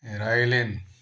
राइलिन